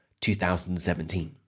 2017